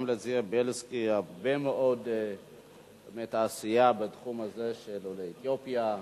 גם לזאב בילסקי הרבה מאוד עשייה בתחום הזה של עולי אתיופיה,